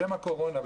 בשם הקורונה,